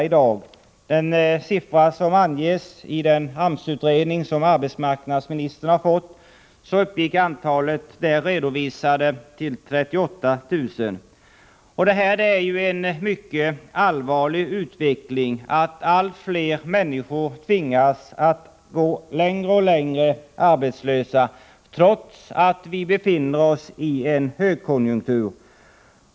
Enligt den siffra som anges i den AMS utredning som arbetsmarknadsministern har fått uppgick det redovisade antalet till 38 000. Det är en mycket allvarlig utveckling att allt fler människor tvingas gå arbetslösa under längre och längre tider trots att vi befinner oss i en högkonjunktur.